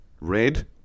red